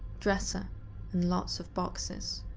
dresser, and lots of boxes.